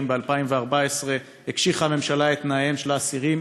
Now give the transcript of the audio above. ב-2014 הקשיחה הממשלה את תנאיהם של האסירים,